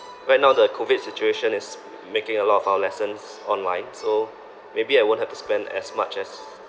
right now the COVID situation is making a lot of our lessons online so maybe I won't have to spend as much as